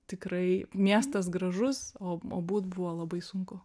tikrai miestas gražus o būt buvo labai sunku